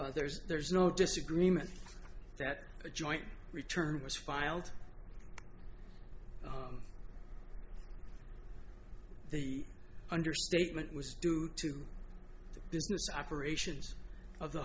particular there's there's no disagreement that a joint return was filed the understatement was due to the business operations of the